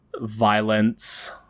violence